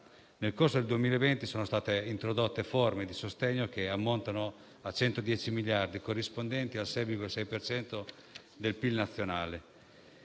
Nel corso del 2020, sono state introdotte forme di sostegno che ammontano a 110 miliardi, corrispondenti al 6,6 per cento del PIL nazionale.